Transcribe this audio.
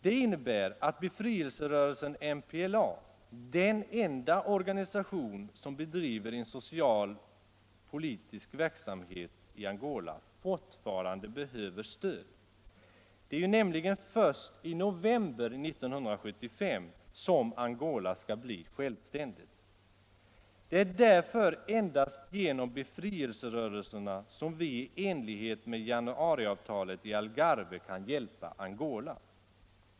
Det innebär att befrielserörelsen MPLA — den enda organisation som bedriver en social och politisk verksamhet i Angola — fortfarande behöver stöd. Först i november 1975 skall Angola bli självständigt. Vi kan därför endast genom befrielserörelserna i enlighet med januariavtalet i Algarve hjälpa Angola.